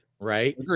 right